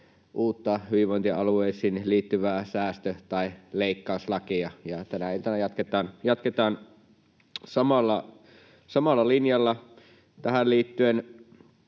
uutta hyvinvointialueisiin liittyvää säästö‑ tai leikkauslakia, ja tänä iltana jatketaan samalla linjalla tähän liittyen.